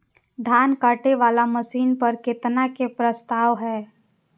धान काटे वाला मशीन पर केतना के प्रस्ताव हय?